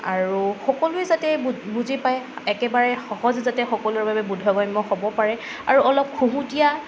আৰু সকলোৱে যাতে বুজি পায় একেবাৰে সহজ যাতে সকলোৰ বাবে বোধগম্য হ'ব পাৰে আৰু অলপ খুহুতীয়া